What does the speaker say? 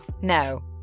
no